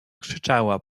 krzyczała